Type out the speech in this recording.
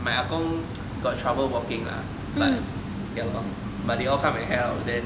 my 阿公 got trouble walking lah but ya lor but they all come and help and then